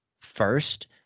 first